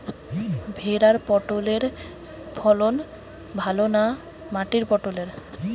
ভেরার পটলের ফলন ভালো না মাটির পটলের?